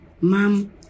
Mom